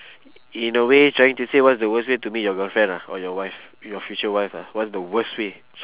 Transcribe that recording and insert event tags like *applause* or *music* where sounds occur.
in a way trying to say what is the worst way to meet your girlfriend lah or your wife your future wife ah what is the worst way *noise*